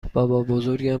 بابابزرگم